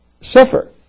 suffer